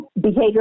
behavior